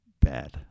bad